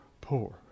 poor